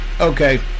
Okay